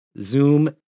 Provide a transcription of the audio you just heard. zoom